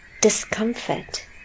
discomfort